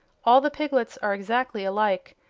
all the piglets are exactly alike,